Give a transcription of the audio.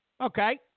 Okay